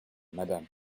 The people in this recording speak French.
madame